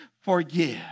forgive